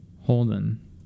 Holden